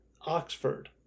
Oxford